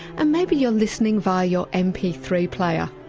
and maybe your listening via your m p three player.